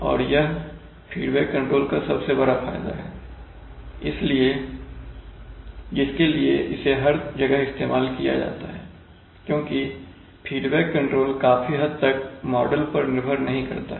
और यह feedback control का सबसे बड़ा फायदा है जिसके लिए इसे हर जगह इस्तेमाल किया जाता है क्योंकि फीडबैक कंट्रोल काफी हद तक मॉडल पर निर्भर नहीं करता है